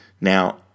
now